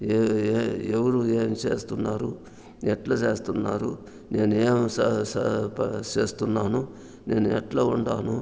ఏ ఏ ఎవరు ఏం చేస్తున్నారు ఎట్లా చేస్తున్నారు నేను ఏమి చేస్తున్నాను నేను ఎట్లా ఉండాను